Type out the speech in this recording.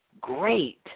great